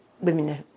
Women